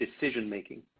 decision-making